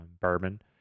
bourbon